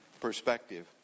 perspective